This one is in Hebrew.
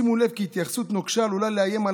שימו לב כי התייחסות נוקשה עלולה לאיים על